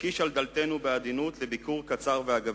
יקיש על דלתנו בעדינות לביקור קצר ואגבי.